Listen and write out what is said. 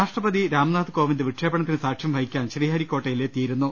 രാഷ്ട്രപതി രാംനാഥ് കോവിന്ദ് വിക്ഷേപണത്തിന് സാക്ഷ്യം വഹിക്കാൻ ശ്രീഹ രിക്കോട്ടയിൽ എത്തിയിരുന്നു